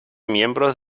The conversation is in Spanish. miembros